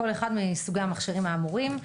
בכל אחד מסוגי המכשירים האמורים.